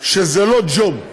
שזה לא ג'וב.